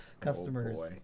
Customers